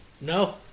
No